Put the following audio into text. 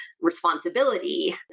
responsibility